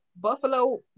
buffalo